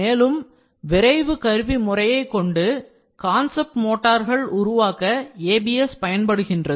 மேலும் விரைவு கருவியாக்க முறையைக் கொண்டு கான்செப்ட் மோட்டார்கள் உருவாக்க ABS பயன்படுகின்றது